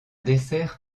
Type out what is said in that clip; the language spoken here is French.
dessert